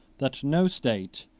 that no state,